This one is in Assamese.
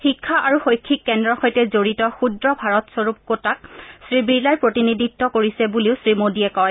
শিক্ষা আৰু শৈক্ষিক কেন্দ্ৰৰ সৈতে জড়িত ক্ষুদ্ৰ ভাৰতস্বৰূপ কোটাক শ্ৰীবিৰলাই প্ৰতিনিধিত্ব কৰিছে বুলিও শ্ৰীমোডীয়ে কয়